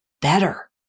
better